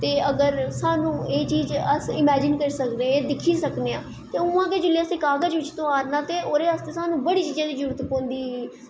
ते अगर एह् चीज़ अस इमैजिन करी सकदे ते एह् दिक्खी बी सकनें आं ते उआं गै अगर असैं कागज़ बिच्च तोआरनां ते ओह्दे आस्तै स्हानू बड़ी चीज़ें दी जरूरत पौंदी